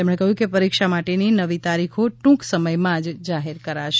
તેમણે કહ્યું કે પરીક્ષા માટેની નવી તારીખો ટ્રંક સમયમાં જ જાહેર કરાશે